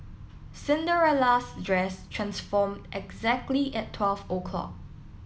Cinderella's dress transformed exactly at twelve o'clock